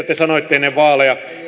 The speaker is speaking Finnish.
te esimerkiksi ennen vaaleja